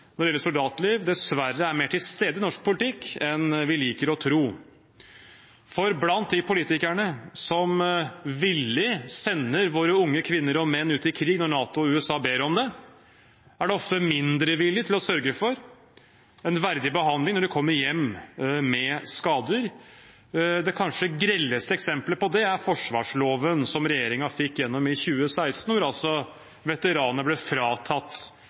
når det gjelder soldatliv, dessverre er mer til stede i norsk politikk enn vi liker å tro. For de politikerne som villig sender våre unge kvinner og menn ut i krig når NATO og USA ber om det, er ofte mindre villige til å sørge for en verdig behandling når de kommer hjem med skader. Det kanskje grelleste eksempelet på det er forsvarsloven, som regjeringen fikk igjennom i 2016, der veteranene ble fratatt